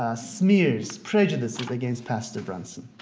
ah smears, prejudices against pastor brunson.